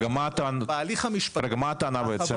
רגע, מה הטענה בעצם?